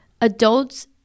adults